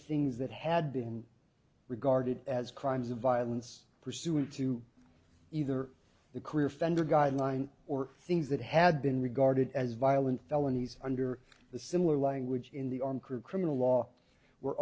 things that had been regarded as crimes of violence pursuant to either the career offender guideline or things that had been regarded as violent felonies under the similar language in the arm career criminal law were